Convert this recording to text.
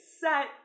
set